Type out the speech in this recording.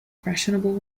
fashionable